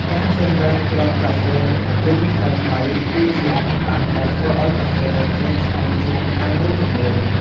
ការជ្រើសរើសគ្រាប់កាហ្វេលីងថ្មីៗ គឺជាអាថ៌កំបាំងដែលធ្វើឱ្យកាហ្វេនៅផ្ទះឆ្ងាញ់ជាងហាងមួយចំនួន។